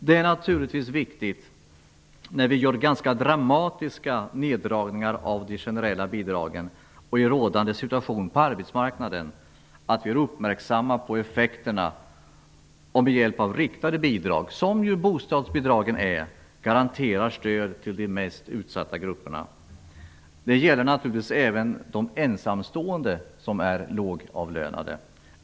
Det är naturligtvis viktigt, när vi gör ganska dramatiska neddragningar av de generella bidragen i rådande situation på arbetsmarknaden, att vi är uppmärksamma på effekterna och med hjälp av riktade bidrag såsom bostadsbidraget garanterar stöd till de mest utsatta grupperna. Det gäller naturligtvis även de ensamstående och lågavlönade.